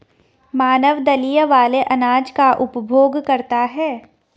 मानव दलिया वाले अनाज का उपभोग करता है